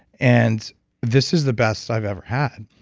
and this is the best i've ever had.